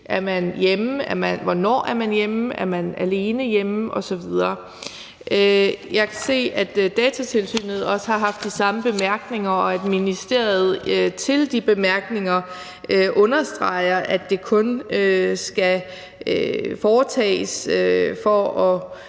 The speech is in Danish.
er hjemme, hvornår de er hjemme, og om de er alene hjemme osv. Jeg kan se, at Datatilsynet også har haft de samme bemærkninger, og at ministeriet til de bemærkninger understreger, at det kun skal foretages for at